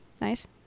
nice